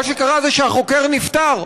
מה שקרה זה שהחוקר נפטר,